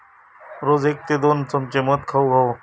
रोज एक ते दोन चमचे मध खाउक हवो